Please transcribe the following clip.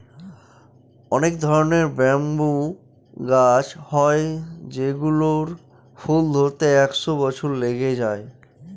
অনেক ধরনের ব্যাম্বু গাছ হয় যেগুলোর ফুল ধরতে একশো বছর লেগে যায়